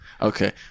Okay